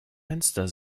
fenster